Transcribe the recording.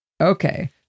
okay